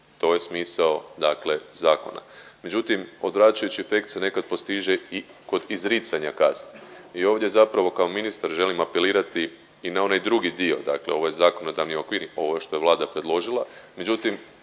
to je smisao dakle zakona. Međutim, odvraćajući efekt se nekad postiže i kod izricanja kazni i ovdje zapravo kao ministar želim apelirati i na onaj drugi dio, dakle ovo je zakonodavni okvir, ovo što je Vlada predložila, međutim